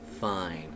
fine